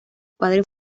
padres